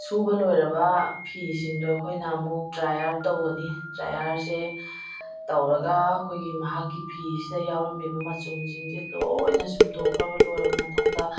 ꯁꯨꯕ ꯂꯣꯏꯔꯕ ꯐꯤꯖꯤꯡꯗꯣ ꯑꯩꯈꯣꯏꯅ ꯑꯃꯨꯛ ꯗ꯭ꯔꯥꯏꯌꯔ ꯇꯧꯒꯅꯤ ꯗ꯭ꯔꯥꯏꯌꯔꯁꯦ ꯇꯧꯔꯒ ꯑꯩꯈꯣꯏꯒꯤ ꯃꯍꯥꯛꯀꯤ ꯐꯤꯁꯤꯗ ꯌꯥꯎꯔꯝꯃꯤꯕ ꯃꯆꯨꯝꯁꯤꯡꯁꯦ ꯂꯣꯏꯅ ꯁꯨꯝꯗꯣꯛꯈ꯭ꯔꯕ ꯂꯣꯏꯔꯕ ꯃꯇꯨꯡꯗ